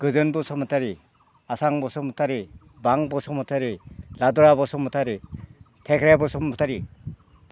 गोजोन बसुमतारि आसां बसुमतारि बां बसुमतारि लाद्रा बसुमतारि थेख्रा बसुमतारि